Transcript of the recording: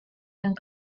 yang